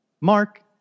Mark